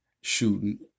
shooting